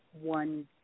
one